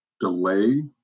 delay